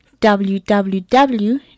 WWW